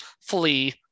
flee